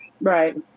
Right